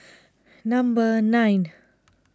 number nine